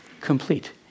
complete